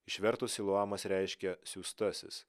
išvertus siloamas reiškia siųstasis